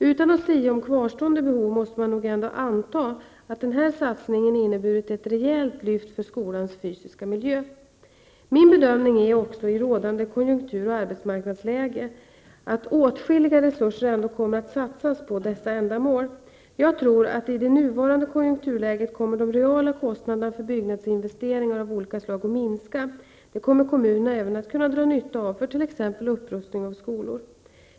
Utan att sia om kvarstående behov måste man nog ändå anta att denna satsning inneburit ett rejält lyft för skolans fysiska miljö. Min bedömning är också att -- i rådande konjunktur och arbetsmarknadsläge -- åtskilliga resurser ändå kommer att satsas på dessa ändamål. Jag tror att i det nuvarande konjunkturläget kommer de reala kostnaderna för byggnadsinvesteringar av olika slag att minska. Det kommer kommunerna även att kunna dra nytta av för t.ex. upprustning av skolor.